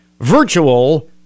virtual